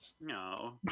No